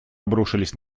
обрушились